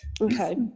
Okay